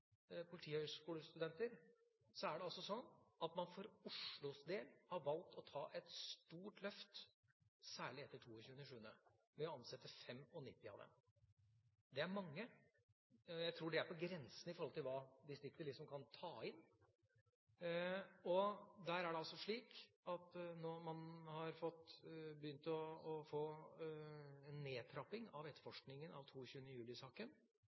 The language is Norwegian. man for Oslos del valgt å ta et stort løft, særlig etter 22. juli, ved å ansette 95 av dem. Det er mange. Jeg tror det er på grensen av hva distriktet kan ta inn. Når man begynner å få en nedtrapping av etterforskningen av 22. juli-saken, frigjøres mye kapasitet til annet viktig politiarbeid. Jeg er overbevist om at